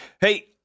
Hey